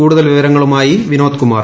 കൂടുതൽ വിവരങ്ങളുമായി വിനോദ് കുമാർ